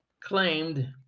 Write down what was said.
claimed